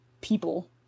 people